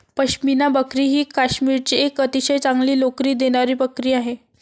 पश्मिना बकरी ही काश्मीरची एक अतिशय चांगली लोकरी देणारी बकरी आहे